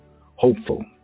hopeful